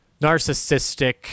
narcissistic